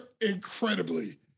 incredibly